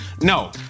No